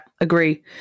agree